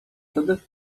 wtedy